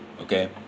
okay